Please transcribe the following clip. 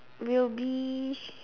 will be